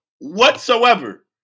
whatsoever